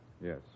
Yes